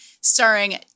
starring